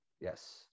Yes